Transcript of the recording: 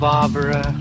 Barbara